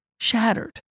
Shattered